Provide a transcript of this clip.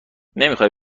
نمیخوای